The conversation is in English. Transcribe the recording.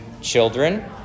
children